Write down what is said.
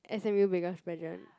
S_M_U biggest pageant